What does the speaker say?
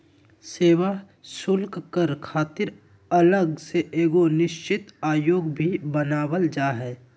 सेवा शुल्क कर खातिर अलग से एगो निश्चित आयोग भी बनावल जा हय